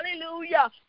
Hallelujah